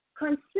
Consider